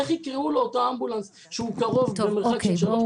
איך יקראו לאותו אמבולנס שהוא קרוב במרחק של 3 דקות נסיעה?